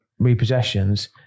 repossessions